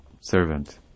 servant